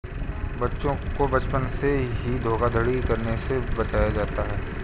बच्चों को बचपन से ही धोखाधड़ी करने से बचाया जाता है